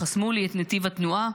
חסמו לי את נתיב התנועה,